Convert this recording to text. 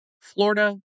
Florida